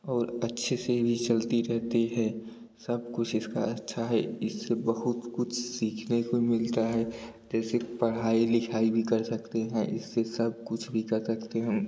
और अच्छे से भी चलती रहती है सब कुछ इसका अच्छा है इससे बहुत कुछ सीखने को मिलता है जैसे पढ़ाई लिखाई भी कर सकते हैं इससे सब कुछ भी कर सकते हैं